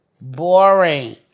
boring